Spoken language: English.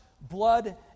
blood